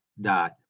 dot